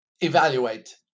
evaluate